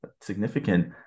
significant